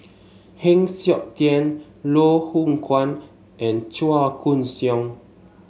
Heng Siok Tian Loh Hoong Kwan and Chua Koon Siong